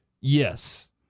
Yes